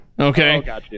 Okay